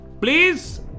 Please